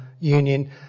union